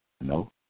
no